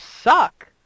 suck